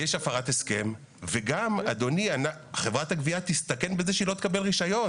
זה הפרת הסכם וחברת הגבייה יכולה להסתכן בזה שהיא לא תקבל רישיון,